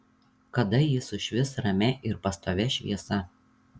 kada ji sušvis ramia ir pastovia šviesa